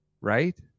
Right